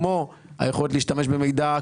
כמו היכולת להשתמש במידע,